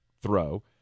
throw